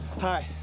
Hi